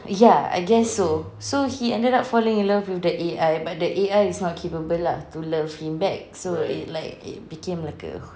ya I guess so so he ended up falling in love with the A_I but the A_I is not capable lah to love him back so it like it became like a